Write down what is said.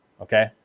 Okay